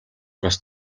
бас